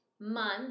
month